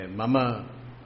mama